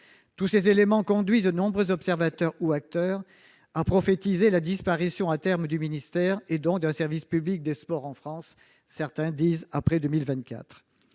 différents éléments conduisent de nombreux observateurs ou acteurs à prophétiser la disparition à terme du ministère et, donc, d'un service public des sports en France- certains disent qu'elle